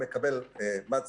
מקבל מד סטורציה,